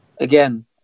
Again